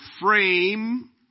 frame